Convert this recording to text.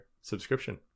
subscription